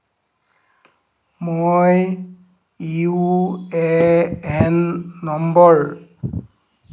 মই U A N number